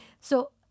So-